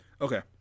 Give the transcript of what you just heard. Okay